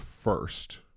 first